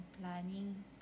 planning